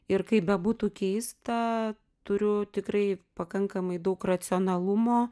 ir kaip bebūtų keista turiu tikrai pakankamai daug racionalumo